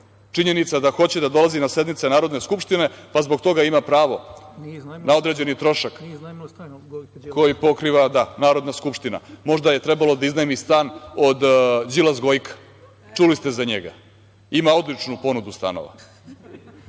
Činjenica da hoće da dolazi na sednice Narodne skupštine, pa zbog toga ima pravo na određeni trošak koji pokriva Narodna skupština. Možda je trebalo da iznajmi stan od Đilas Gojka, čuli ste za njega, ima odličnu ponudu stanova,